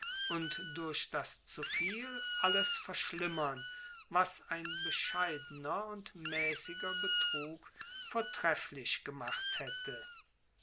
und durch das zuviel alles verschlimmern was ein bescheidener und mäßiger betrug vortrefflich gemacht hätte